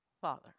Father